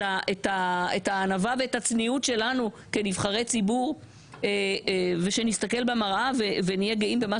את הענווה ואת הצניעות שלנו כנבחרי ציבור ושנסתכל במראה ונהיה גאים במה